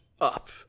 up